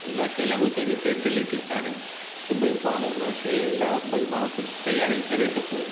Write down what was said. उन शइ लागू हेॾी फ़ेसिलिटी काने कि भई पाण हुन शइ लाइ भई पाण कुझु तयारी करे सघूं